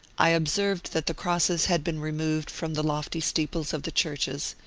i observed that the crosses had been removed from the lofty steeples of the churches,